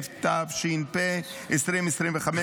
התשפ"ה 2025,